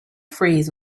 freeze